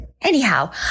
Anyhow